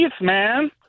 man